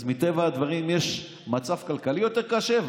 אז מטבע הדברים יש מצב כלכלי יותר קשה,